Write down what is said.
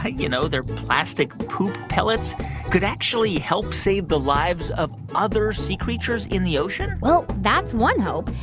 ah you know, their plastic poop pellets could actually help save the lives of other sea creatures in the ocean? well, that's one hope.